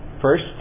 First